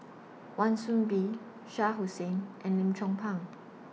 Wan Soon Bee Shah Hussain and Lim Chong Pang